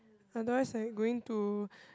otherwise like going to